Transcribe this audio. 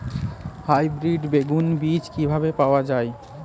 Hybrid বেগুন বীজ কি পাওয়া য়ায়?